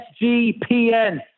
SGPN